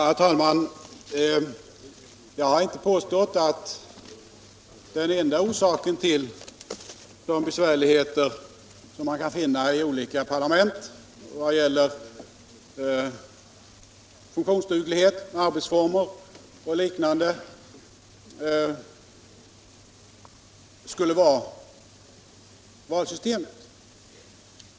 Herr talman! Jag har inte påstått att den enda orsaken till de besvärligheter som vi kan finna i olika parlament vad gäller funktionsduglighet, arbetsformer och liknande skulle vara valsystemet.